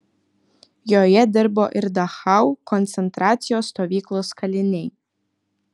joje dirbo ir dachau koncentracijos stovyklos kaliniai